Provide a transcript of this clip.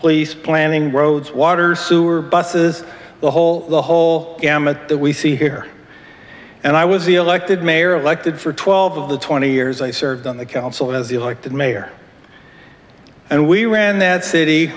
police planning roads water sewer busses the whole the whole gamut that we see here and i was the elected mayor elected for twelve of the twenty years i served on the council as the elected mayor and we ran that city